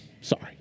Sorry